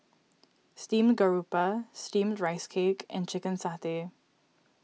Steamed Garoupa Steamed Rice Cake and Chicken Satay